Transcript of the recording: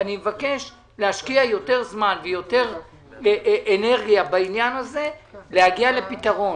אני מבקש להשקיע יותר זמן ויותר אנרגיה בעניין הזה ולהגיע לפתרון.